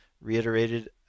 reiterated